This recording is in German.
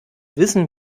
wissen